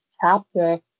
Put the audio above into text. chapter